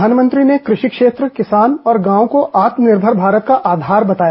प्रधानमंत्री ने कृषि क्षेत्र किसान और गांवों को आत्मनिर्भर भारत का आधार बताया